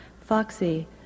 Foxy